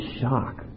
shock